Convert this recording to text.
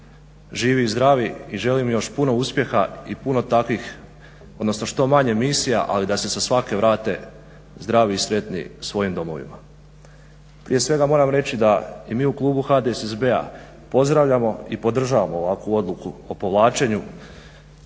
živi i zdravi i želim im još puno uspjeha i puno takvih, odnosno što manje misija, ali da se sa svake vrate zdravi i sretni svojim domovima. Prije svega moram reći da i mi u klubu HDSSB-a pozdravljamo i podržavamo ovakvu odluku o povlačenju